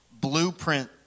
blueprint